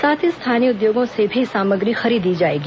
साथ ही स्थानीय उद्योगों से भी साम्रगी खरीदी जाएगी